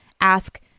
ask